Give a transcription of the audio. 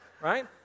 right